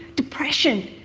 depression,